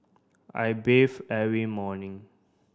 I bathe every morning